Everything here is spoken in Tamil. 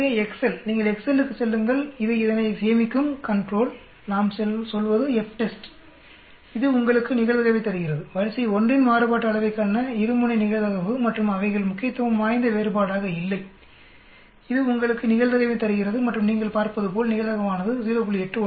எனவே எக்செல் நீங்கள் எக்செல்லுக்குச் செல்லுங்கள் இது இதனை சேமிக்கும் கண்ட்ரோல் நாம் சொல்வது FTEST இது உங்களுக்கு நிகழ்தகவைத் தருகிறது வரிசை 1 இன் மாறுபாட்டு அளவைக்கான இரு முனை நிகழ்தகவு மற்றும் அவைகள் முக்கியத்துவம்வாய்ந்த வேறுபாடாக இல்லை இது உங்களுக்கு நிகழ்தகவைத் தருகிறது மற்றும் நீங்கள் பார்ப்பது போல் நிகழ்தகவானது 0